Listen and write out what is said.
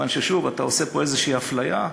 מכיוון ששוב, אתה עושה פה איזושהי אפליה.